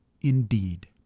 indeed